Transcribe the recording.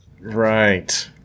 right